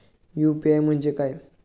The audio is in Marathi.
यु.पी.आय म्हणजे काय?